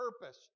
purpose